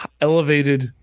elevated